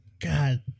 God